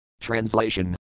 Translation